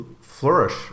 flourish